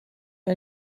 mir